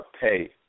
pay